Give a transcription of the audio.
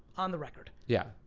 on the record. yeah,